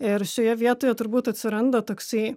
ir šioje vietoje turbūt atsiranda toksai